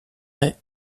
est